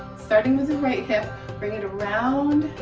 starting with the right hip bring it around